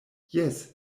jes